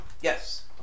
Yes